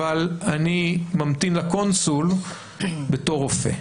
אבל הוא ממתין לקונסול בתור רופא.